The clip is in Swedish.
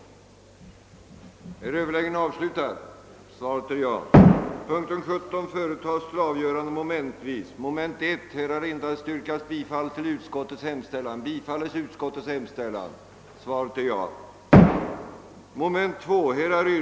a. godkänna de riktlinjer för kriminalvårdsstyrelsens organisation som angetts i statsrådsprotokollet,